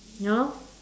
ya lor